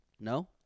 No